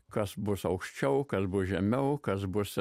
kas bus aukščiau kas bus žemiau kas bus